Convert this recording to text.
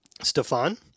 Stefan